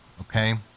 okay